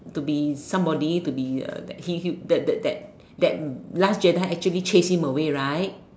to be somebody to be uh that he that that that that last Jedi actually chased him away right